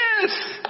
yes